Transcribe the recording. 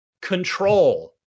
control